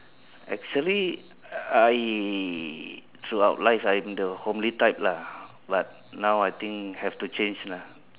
actually I throughout life I'm the homely type lah but now I think have to change lah